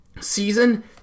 season